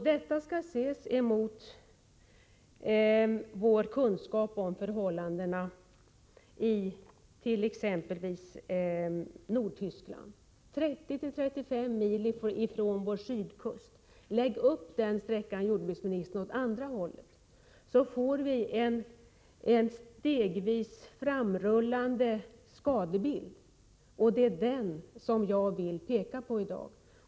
Detta skall ses mot vår kunskap om förhållandena i t.ex. Nordtyskland — 30 å 35 mil från vår sydkust. Lägg upp den sträckan, herr jordbruksminister, åt andra hållet, så får vi en stegvis framrullande Nr 24 skadebild, och det är den som jag vill peka på i dag.